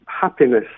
happiness